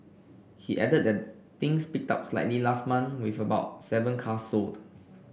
he added that things picked up slightly last month with about seven cars sold